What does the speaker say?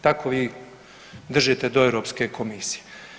Tako vi držite do Europske komisije.